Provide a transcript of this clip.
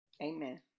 Amen